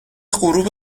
غروب